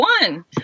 one